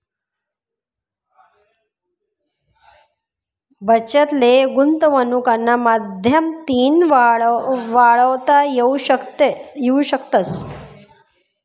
बचत ले गुंतवनुकना माध्यमतीन वाढवता येवू शकस